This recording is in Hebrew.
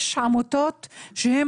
יש עמותות שהן